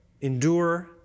endure